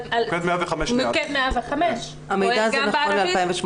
מוקד 105. המידע הזה נכון ל-2018.